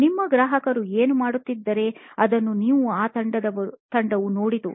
ನಿಮ್ಮ ಗ್ರಾಹಕರು ಏನು ಮಾಡುತ್ತಿದ್ದರೆ ಅದನ್ನು ನಿಮ್ಮ ತಂಡವು ನೋಡಿತು